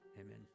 amen